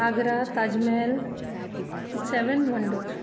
आग्रा ताजमहल हें seven wonder